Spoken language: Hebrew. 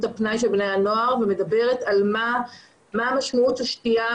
הפנאי של בני הנוער ומדברת על מה משמעות השתייה,